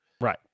Right